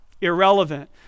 irrelevant